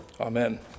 amen